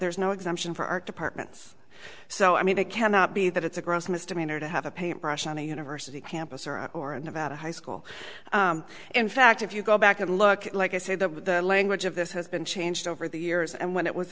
there is no exemption for art departments so i mean it cannot be that it's a gross misdemeanor to have a paintbrush on a university campus or a or an about a high school in fact if you go back and look at like i say the language of this has been changed over the years and when it was